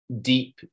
deep